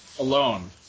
Alone